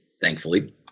thankfully